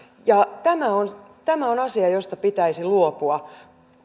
tämä on tämä on asia josta pitäisi luopua